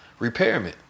repairment